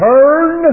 Turn